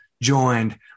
joined